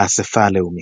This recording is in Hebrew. האספה הלאומית.